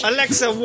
Alexa